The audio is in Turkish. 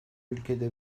ülkede